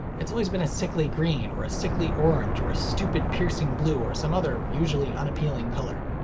it's always been a sickly green, or a sickly orange, or a stupid piercing blue, or some other usually unappealing color.